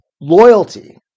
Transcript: loyalty